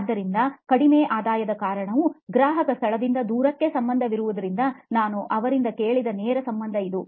ಆದ್ದರಿಂದ ಕಡಿಮೆ ಆದಾಯದ ಕಾರಣವು ಗ್ರಾಹಕ ಸ್ಥಳದಿಂದ ದೂರಕ್ಕೆ ಸಂಬಂಧಿಸಿರುವುದರಿಂದ ನಾನು ಅವರಿಂದ ಕೇಳಿದ ನೇರ ಸಂಬಂಧ ಇದು